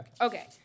Okay